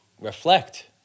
reflect